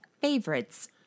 Favorites